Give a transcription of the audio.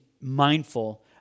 mindful